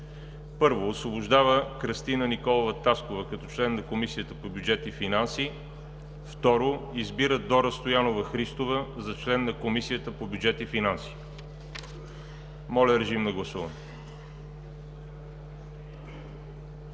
1. Освобождава Кръстина Николова Таскова като член на Комисията по бюджет и финанси. 2. Избира Дора Стоянова Христова за член на Комисията по бюджет и финанси.“ Гласували